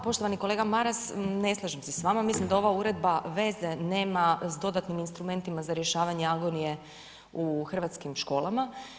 Poštovani kolega Maras, ne slažem se s vama, mislim da ova uredba veze nema sa dodatnim instrumentima za rješavanje agonije u hrvatskim školama.